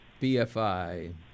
BFI